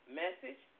message